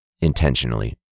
intentionally